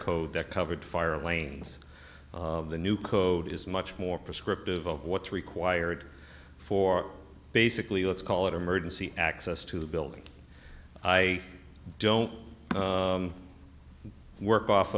code that covered fire lanes the new code is much more prescriptive of what's required for basically let's call it emergency access to the building i don't work off